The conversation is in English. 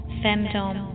femdom